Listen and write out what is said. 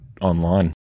online